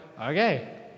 okay